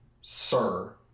sir